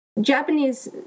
Japanese